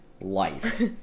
life